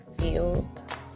field